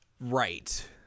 Right